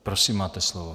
Prosím, máte slovo.